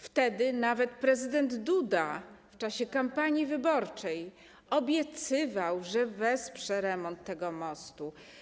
Wtedy nawet prezydent Duda w czasie kampanii wyborczej obiecywał, że wesprze remont tego mostu.